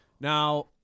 now